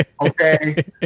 Okay